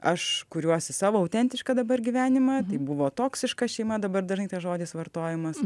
aš kuriuosi savo autentišką dabar gyvenimą tai buvo toksiška šeima dabar dažnai tas žodis vartojamas